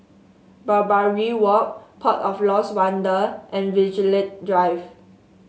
Barbary Walk Port of Lost Wonder and Vigilante Drive